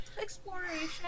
exploration